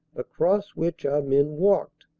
across which our men walked.